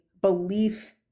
belief